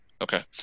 Okay